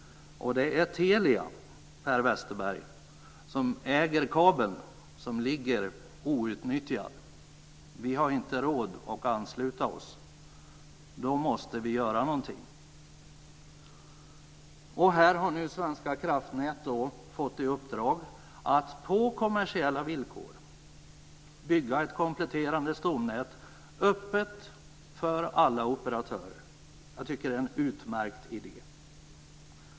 Det är Telia, Per Westerberg, som äger kabeln, som ligger outnyttjad. Vi har inte råd att ansluta oss. Då måste vi göra någonting. Här har nu Svenska Kraftnät fått i uppdrag att på kommersiella villkor bygga ett kompletterande stomnät öppet för alla operatörer. Jag tycker att det är en utmärkt idé.